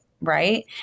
Right